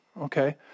Okay